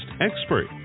expert